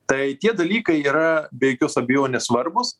tai tie dalykai yra be jokios abejonės svarbūs